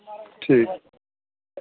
ठीक